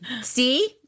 See